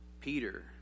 Peter